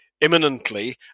imminently